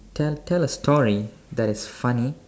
tell tell a story that is funny